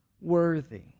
worthy